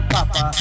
Papa